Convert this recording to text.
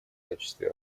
качестве